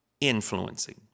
influencing